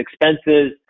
expenses